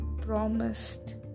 promised